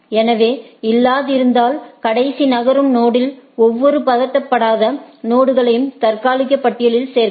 ஏற்கனவே இல்லாதிருந்தால் கடைசி நகரும் நொடில் ஒவ்வொரு பதப்படுத்தப்படாத நொடுகளையும் தற்காலிக பட்டியலில் சேர்க்கவும்